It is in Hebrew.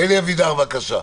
אלי אבידר, בבקשה.